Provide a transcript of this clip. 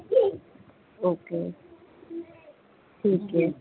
okay ٹھیک ہے